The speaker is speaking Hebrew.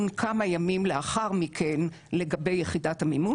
כמה ימים לאחר מכן לגבי יחידת המימון.